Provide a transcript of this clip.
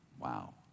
Wow